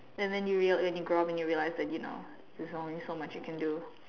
and then you real when you grow up and you realise that you know there's only so much you can do